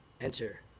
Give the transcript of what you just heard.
enter